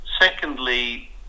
Secondly